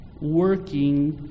working